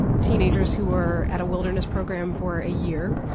teenagers who were at a wilderness program for a year.